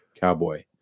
cowboy